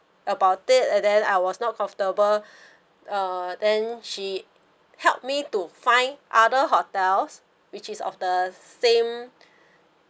about it then I was not comfortable uh then she helped me to find other hotels which is of the same